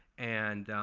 and